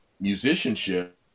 musicianship